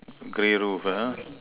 grey roof ah